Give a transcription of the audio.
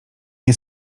nie